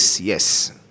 yes